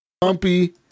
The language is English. bumpy